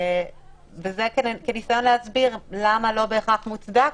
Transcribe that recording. וזה כניסיון להסביר למה לא בהכרח מוצדק